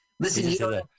Listen